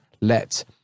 let